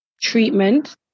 treatment